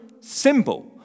symbol